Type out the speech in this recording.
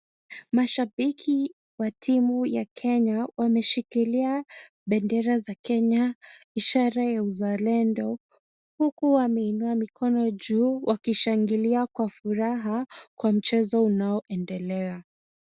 Mashabiki wa timu ya Kenya wameshikilia bendera za Kenya, ishara ya uzalendo, huku wameinua mikono juu wakishangilia kwa furaha kwa mchezo unaoendelea.